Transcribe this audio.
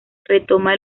retoma